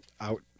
out